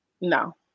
no